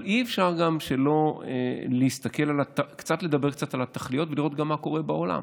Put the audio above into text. אבל אי-אפשר שלא לדבר קצת על התכליות ולראות גם מה קורה בעולם.